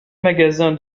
magasin